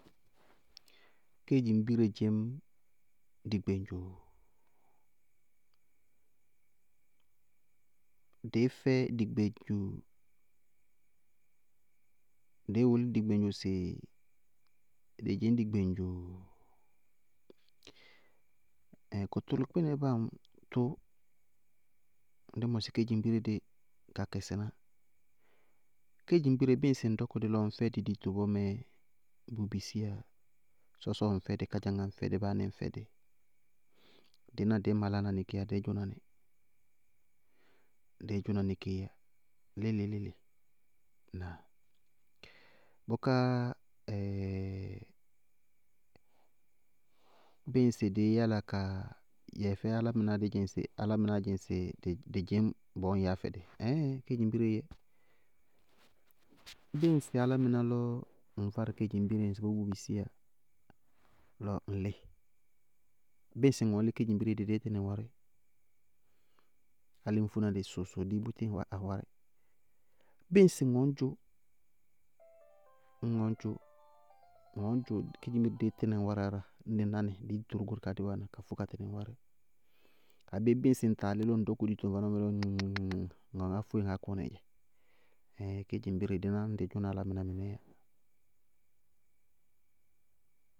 Kedzimbire dzɩñ dɩ gbeŋdzoo? Dɩɩ fɛ dɩ gbeŋdzoo, dɩɩ wʋlɩ dɩ gbeŋdzo sɩ dɩ dzɩñ dɩ gbeŋdzo? Ɛɛɛ kʋtʋlʋkpɩnɛ báa aŋtʋ, dɩ kedzimbire dɩ ka kɛsɩná, kedzimbire, bɩɩ ŋsɩ ŋ dɔkʋ dɩ lɔ ŋñ dɛdɩ dito ŋsɩbɔɔ bʋ bisiyá, sɔsɔ ŋ fɛ dɩ, kádzaŋá ŋ fɛ dɩ, báánɩ ŋ fɛ dɩ, dɩná dɩɩ malána nɩ kééyá dɩɩ dzʋná nɩ. Dzɩɩ dzʋna nɩ kééyá léle léle. Ŋnáa? Bʋká bɩɩ ŋsɩ dɩɩ yála ka yɛ fɛ álámɩná, dɩ dzɩŋ sɩ álámɩnáá dzɩŋ sɩ dɩ dzɩñ bɔɔ ŋŋ yáa fɛdɛ ɛɛɛ kedzimbireé, bɩɩ ŋsɩ álámɩná lɔ ŋ várɩ kedzimbire ŋsɩbɔɔ bʋ bisiyá lɔ ŋlɩɩ, bɩɩ ŋsɩ ŋwɛ ŋñ lɩ, kedzimbire dɩ dɩɩ tɩnɩ ŋ wárɩ, álɩ ññ fóéna dɛɛ sɔɔɔsɔɔɔ dɩɩ búti awárɩ. Bɩɩ ŋsɩ ŋwɔññ dzʋ, ŋwɔññ dzʋ, ŋwɔññ dzʋ, kedzimbire dɩ dɩɩ tɩnɩ ŋ wárɩ aráa, ñ dɩ ná nɩ, dɩɩ ɖoró goóre kaá dɩ wáana ka fóe ka tɩnɩ ŋ wárɩ. Abé bɩŋsɩ ŋ taa lɩ lɔ ŋ sɔkɔ dito ŋ vanɔɔmɛ lɔ ŋyɛ ŋɩhŋɩhŋɩhŋɩh!!! Ŋawɛ ŋaá fóe ŋáá kɔnɩɩ yɛ. Mɩnɛɛ bɩɩ kedzimbire dɩná ñ dɩ dzʋna álámɩná, mɩnɛɛ yá.